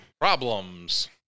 Problems